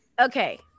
Okay